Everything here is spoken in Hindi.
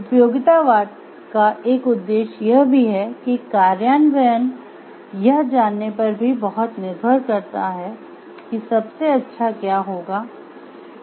उपयोगितावाद का एक उद्देश्य यह भी है कि कार्यान्वयन यह जानने पर भी बहुत निर्भर करता है कि सबसे अच्छा क्या होगा